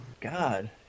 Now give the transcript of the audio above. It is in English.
God